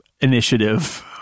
initiative